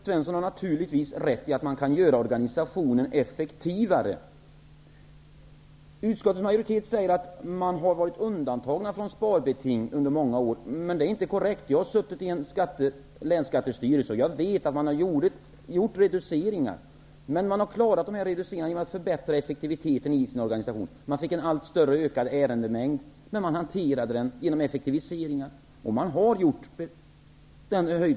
Herr talman! Karl-Gösta Svenson har naturligtvis rätt i att organisationen kan göras effektivare. Utskottets majoritet säger att man har varit undantagna från sparbeting under många år. Men detta är inte korrekt. Jag har suttit i en länsskattestyrelse och vet att man har gjort reduceringar. Men man har klarat dessa reduceringar genom förbättringar av effektiviteten i sin organisation. Man fick en allt större ärendemängd, men man hanterade den genom effektiviseringar.